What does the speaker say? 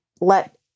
let